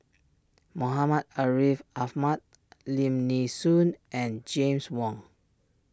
Muhammad Ariff Ahmad Lim Nee Soon and James Wong